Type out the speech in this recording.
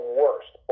worst